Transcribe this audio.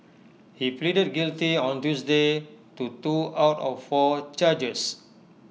he pleaded guilty on Tuesday to two out of four charges